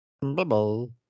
Bubble